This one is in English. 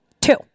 two